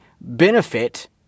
benefit